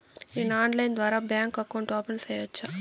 నేను ఆన్లైన్ ద్వారా bank account open సేయొచ్చా?